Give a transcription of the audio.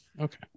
Okay